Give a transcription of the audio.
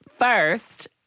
First